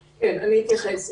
אתייחס.